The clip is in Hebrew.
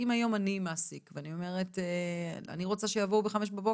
אם אני היום מעסיק ואני אומרת אני רוצה שיבואו ב-5:00 בבוקר.